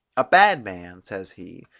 a bad man, says he,